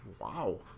wow